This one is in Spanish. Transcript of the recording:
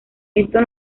esto